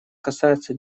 касается